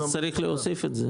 אז צריך להוסיף את זה.